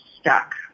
stuck